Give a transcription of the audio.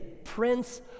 Prince